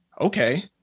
Okay